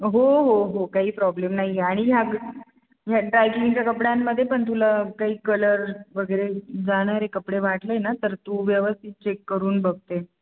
हो हो हो काही प्रॉब्लेम नाहीये आणि ह्या ग ह्या ड्रायक्लिनच्या कपड्यांमध्ये पण तुला काही कलर वगैरे जाणारे कपडे वाटले ना तर तू व्यवस्थित चेक करून बघ ते